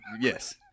Yes